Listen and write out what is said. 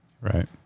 Right